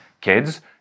kids